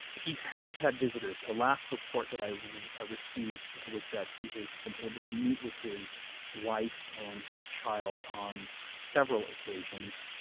he has had visitors. the last report that i i received was that he has been able to meet with his wife and his child on several occasions,